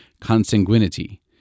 consanguinity